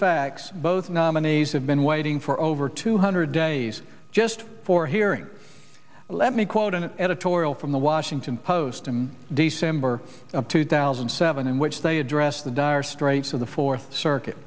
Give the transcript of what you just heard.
facts both nominees have been waiting for over two hundred days just for hearing let me quote an editorial from the washington post in december of two thousand and seven in which they address the dire straits of the fourth circuit